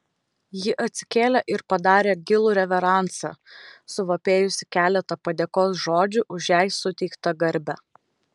ji atsikėlė ir padarė gilų reveransą suvapėjusi keletą padėkos žodžių už jai suteiktą garbę